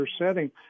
setting